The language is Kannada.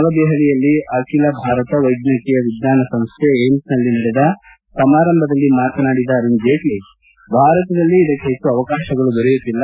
ನವದೆಹಲಿಯಲ್ಲಿ ಆಖಿಲ ಭಾರತ ವೈದ್ಯಕೀಯ ವಿಜ್ಞಾನ ಸಂಸ್ಥೆ ಏಮ್ಗನಲ್ಲಿ ನಡೆದ ಸಮಾರಂಭದಲ್ಲಿ ಮಾತನಾಡಿದ ಅರುಣ್ ಜೇಟ್ಲ ಭಾರತದಲ್ಲಿ ಇದಕ್ಕೆ ಹೆಚ್ಚು ಅವಕಾಶಗಳು ದೊರೆಯುತ್ತಿಲ್ಲ